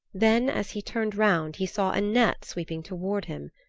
then as he turned round he saw a net sweeping toward him.